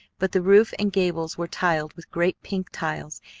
but the roof and gables were tiled with great pink tiles,